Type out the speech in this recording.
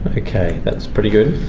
and okay, that's pretty good.